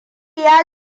ya